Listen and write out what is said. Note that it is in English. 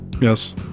Yes